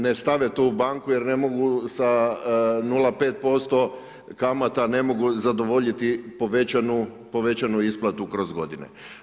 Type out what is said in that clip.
Ne stave to u banku, jer ne mogu sa 0,5% kamata, ne mogu zadovoljiti povećanu isplatu kroz godine.